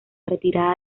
retirada